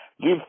Give